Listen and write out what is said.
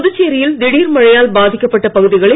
புதுச்சேரியில் திடீர் மழையால் பாதிக்கப்பட்ட பகுதிகளை